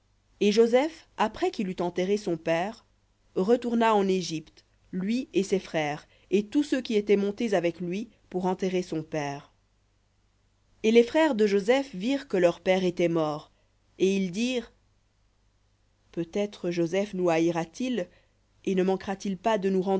et joseph après qu'il eut enterré son père retourna en égypte lui et ses frères et tous ceux qui étaient montés avec lui pour enterrer son père et les frères de joseph virent que leur père était mort et ils dirent peut-être joseph nous haïra t il et ne manquera-t-il pas de nous